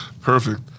Perfect